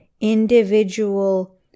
individual